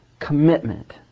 commitment